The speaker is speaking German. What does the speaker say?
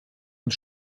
und